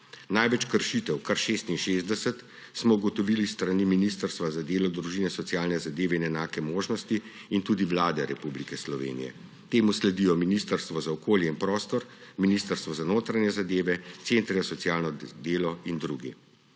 Največ kršitev, kar 66, smo ugotovili s strani Ministrstva za delo, družino, socialne zadeve in enake možnosti in tudi Vlade Republike Slovenije. Temu sledijo Ministrstvo za okolje in prostor, Ministrstvo za notranje zadeve, centri za socialno delo in drugi.